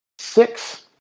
six